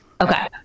Okay